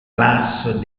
place